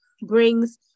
brings